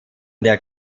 der